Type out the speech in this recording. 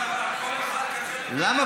כל אחד כזה, נו, באמת.